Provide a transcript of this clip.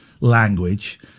language